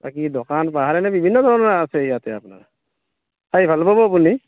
বাকী দোকান পাহাৰ এনে বিভিন্ন ধৰণৰ আছে ইয়াতে আপোনাৰ চাই ভাল পাব আপুনি